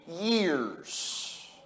years